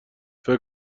فکر